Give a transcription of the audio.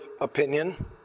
opinion